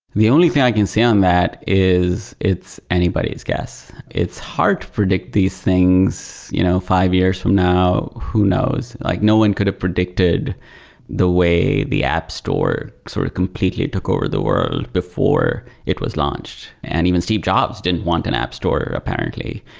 the only thing i can say on that is it's anybody's guess. it's hard to predict these things you know five years from now. who knows? like no one could have predicted the way the app store sort of completely took over the world before it was launched. and even steve jobs didn't want an app store apparently.